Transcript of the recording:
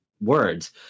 words